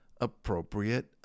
appropriate